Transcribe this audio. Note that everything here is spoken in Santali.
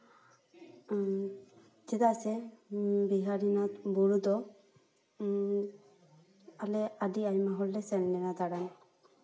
ᱪᱮᱫᱟᱜ ᱥᱮ ᱵᱤᱦᱟᱨᱤᱱᱟᱛᱷ ᱵᱩᱨᱩ ᱫᱚ ᱟᱞᱮ ᱟᱹᱰᱤ ᱟᱭᱢᱟ ᱦᱚᱲ ᱞᱮ ᱥᱮᱱ ᱞᱮᱱᱟ ᱫᱟᱬᱟᱱ